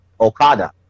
Okada